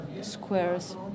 Squares